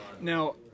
now